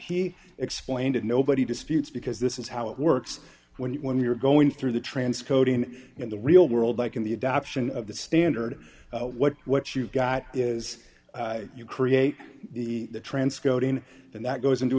he explained it nobody disputes because this is how it works when you when you're going through the transcoding in the real world like in the adoption of the standard what what you got is you create the transcoding and that goes into